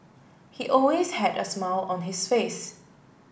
he always had a smile on his face